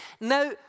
Now